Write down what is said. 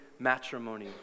matrimony